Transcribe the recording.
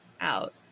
out